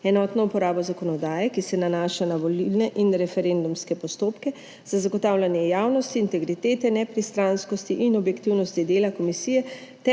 enotno uporabo zakonodaje, ki se nanaša na volilne in referendumske postopke, za zagotavljanje javnosti, integritete, nepristranskosti in objektivnosti dela komisije